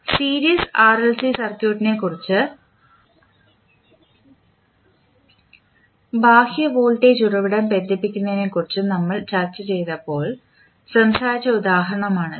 series RLC സർക്യൂട്ടിനെക്കുറിച്ചും ബാഹ്യ voltage ഉറവിടം ബന്ധിപ്പിക്കുന്നതിനെക്കുറിച്ചും നമ്മൾ ചർച്ച ചെയ്തപ്പോൾ സംസാരിച്ച ഉദാഹരണമാണിത്